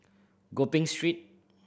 Gopeng Street